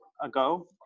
ago